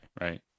right